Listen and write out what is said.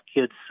kids